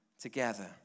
together